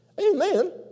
Amen